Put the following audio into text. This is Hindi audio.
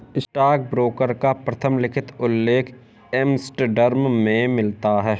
स्टॉकब्रोकर का प्रथम लिखित उल्लेख एम्स्टर्डम में मिलता है